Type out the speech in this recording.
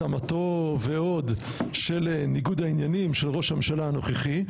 התאמתו ועוד של ניגוד העניינים של ראש הממשלה הנוכחי,